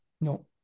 No